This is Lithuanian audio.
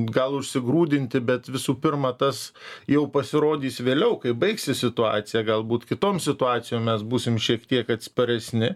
gal užsigrūdinti bet visų pirma tas jau pasirodys vėliau kai baigsis situacija galbūt kitom situacijom mes būsim šiek tiek atsparesni